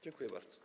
Dziękuję bardzo.